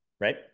Right